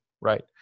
right